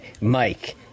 Mike